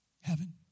Heaven